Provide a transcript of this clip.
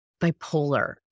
bipolar